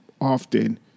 often